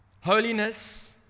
Holiness